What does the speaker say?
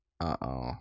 uh-oh